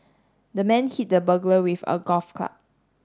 the man hit the burglar with a golf club